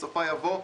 בסופה יבוא: